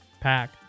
Pack